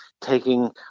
taking